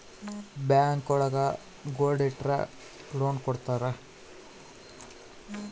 bank ಒಳಗ gold ಇಟ್ರ loan ಕೊಡ್ತಾರ